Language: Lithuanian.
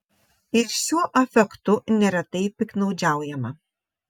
ir šiuo afektu neretai piktnaudžiaujama